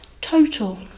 Total